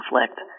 conflict